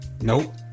Nope